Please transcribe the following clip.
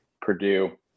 Purdue